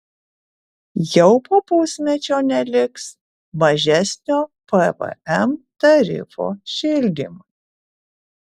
jau po pusmečio neliks mažesnio pvm tarifo šildymui